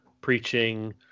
preaching